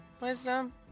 wisdom